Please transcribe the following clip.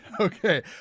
Okay